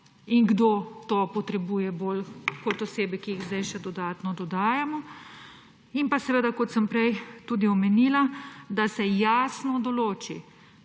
Kdo to potrebuje bolj kot osebe, ki jih zdaj še dodatno dodajamo? In kot sem prej tudi omenila, jasno se določi,